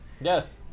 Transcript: yes